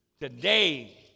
today